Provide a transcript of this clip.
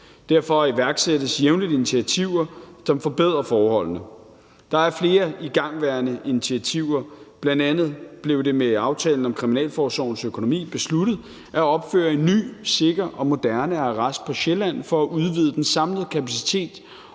Derfor iværksættes jævnligt initiativer, som forbedrer forholdene. Der er flere igangværende initiativer. Bl.a. blev det med aftalen om kriminalforsorgens økonomi besluttet at opføre en ny, sikker og moderne arrest på Sjælland for at udvide den samlede kapacitet